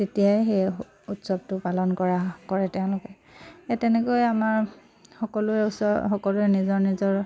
তেতিয়াই সেই উৎসৱটো পালন কৰা কৰে তেওঁলোকে এই তেনেকৈ আমাৰ সকলোৱে ওচৰ সকলোৱে নিজৰ নিজৰ